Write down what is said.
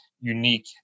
unique